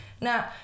Now